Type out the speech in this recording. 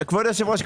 כבוד היושב ראש,